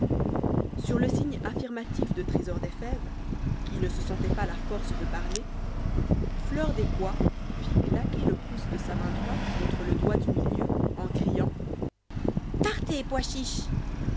sur le signe afnrmatif de trésor des fèves qui ne se sentait pas la force de parler fleur des pois fit claquer le pouce de sa main droite contre le doigt du milieu en criant partez pois chiche